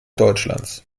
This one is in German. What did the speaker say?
deutschlands